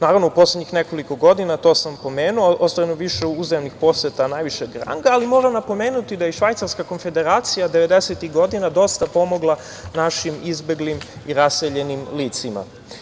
Naravno, u poslednjih nekoliko godina, to sam pomenuo, ostvareno je više uzajamnih poseta najvišeg ranga, ali moram napomenuti da je Švajcarska Konfederacija devedesetih godina dosta pomogla našim izbeglim i raseljenim licima.